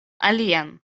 alian